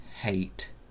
hate